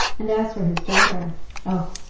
and as for his daughter oh!